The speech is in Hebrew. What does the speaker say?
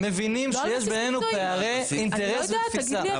אנחנו מבינים שיש בינינו פערי אינטרס ותפיסה.